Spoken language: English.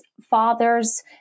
father's